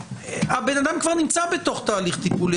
האדם כבר נמצא בתוך תהליך טיפול.